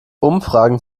umfragen